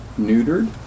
neutered